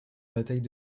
bataille